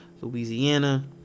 Louisiana